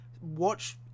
watch